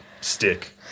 stick